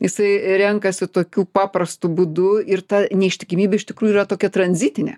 jisai renkasi tokiu paprastu būdu ir ta neištikimybė iš tikrųjų yra tokia tranzitinė